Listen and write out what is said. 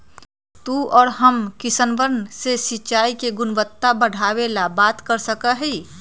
तू और हम सब किसनवन से सिंचाई के गुणवत्ता बढ़ावे ला बात कर सका ही